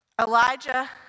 Elijah